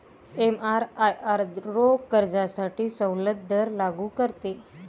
एमआरआयआर रोख कर्जासाठी सवलत दर लागू करते